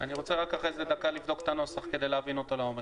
אני רוצה דקה לבדוק את הנוסח כדי להבין אותו לעומק.